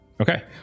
Okay